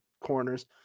corners